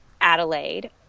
Adelaide